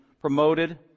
promoted